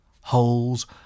Holes